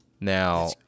Now